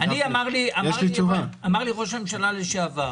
אמר לי ראש הממשלה לשעבר